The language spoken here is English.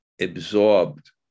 absorbed